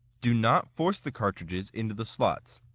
do not force the cartridges into the slots.